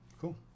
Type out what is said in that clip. cool